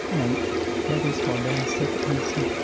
and that is for their sake also.